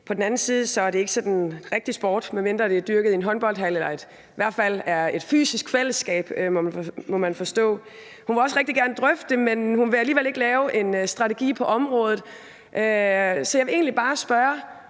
på den anden side er der ikke sådan rigtig tale om sport, medmindre det bliver dyrket i en håndboldhal eller i hvert fald er et fysisk fællesskab, må man forstå. Hun vil også rigtig gerne drøfte det, men hun vil alligevel ikke lave en strategi på området. Så jeg vil egentlig bare spørge: